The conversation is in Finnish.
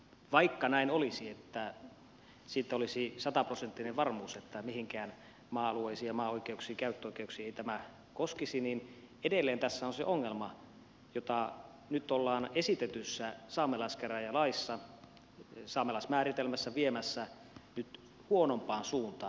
vaikka näin olisi että siitä olisi sataprosenttinen varmuus että mitään maa alueita ja maan käyttöoikeuksia ei tämä koskisi niin edelleen tässä on se ongelma jota nyt ollaan esitetyssä saamelaiskäräjälaissa saamelaismääritelmässä viemässä nyt huonompaan suuntaan